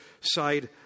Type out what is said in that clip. side